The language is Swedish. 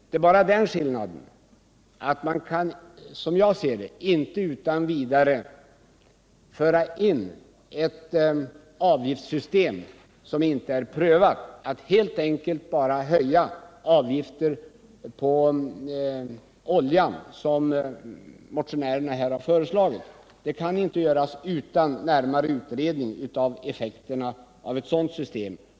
Det är bara den skillnaden att man kan, som jag ser det, inte utan vidare föra in ett avgiftssystem som inte är prövat, att helt enkelt bara höja avgiften på oljan, vilket motionärerna har föreslagit. Det kan inte göras utan närmare utredning av effekterna av ett sådant system.